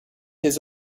his